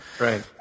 Right